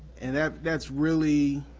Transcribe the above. and that's that's really,